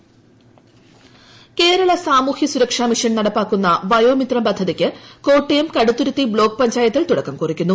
വയോമിത്രം പദ്ധതി കേരള സാമൂഹിക സുരക്ഷാമിഷൻ നടപ്പിലാക്കുന്ന വയോമിത്രം പദ്ധതിക്ക് കോട്ടയം കടുത്തുരുത്തി ബ്ലോക്ക് പഞ്ചായത്തിൽ തുടക്കം കുറിക്കുന്നു